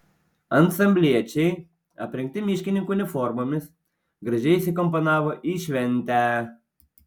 ansambliečiai aprengti miškininkų uniformomis gražiai įsikomponavo į šventę